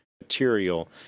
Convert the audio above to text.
material